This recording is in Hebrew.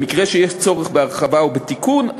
במקרה שיש צורך בהרחבה או בתיקון,